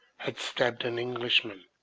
had stabbed an englishman,